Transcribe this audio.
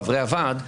חברי הוועד,